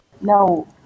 No